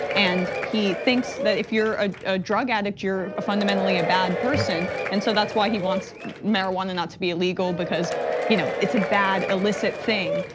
and he thinks that if you're a drug addict, you're fundamentally a bad person. and so that's why he wants marijuana not to be illegal, because you know it's a bad, illicit thing.